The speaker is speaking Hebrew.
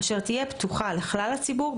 אשר תהיה פתוחה לכלל הציבור,